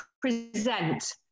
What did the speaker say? present